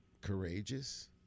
courageous